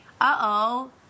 Uh-oh